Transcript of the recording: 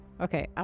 Okay